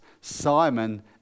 Simon